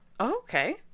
Okay